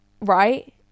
right